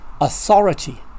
authority